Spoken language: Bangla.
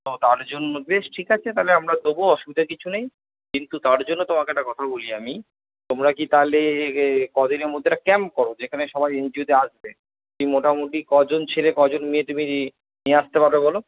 তো তার জন্য বেশ ঠিক আছে তাহলে আমরা দোবো অসুবিধার কিছু নেই কিন্তু তার জন্য তোমাকে একটা কথা বলি আমি তোমরা কি তালে কদিনের মধ্যে একটা ক্যাম্প করো যেখানে সবাই এনজিওতে আসবে মোটামুটি কজন ছেলে কজন মেয়ে তুমি নিয়ে আসতে পারবে বলো